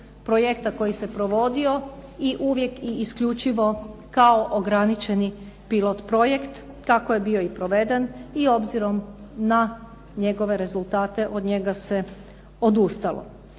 koji se provodio i uvijek i isključivo kao ograničeni pilot projekt. Tako je bio i proveden i obzirom na njegove rezultate od njega se odustalo